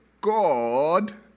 God